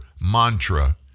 mantra